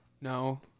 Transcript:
No